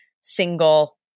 single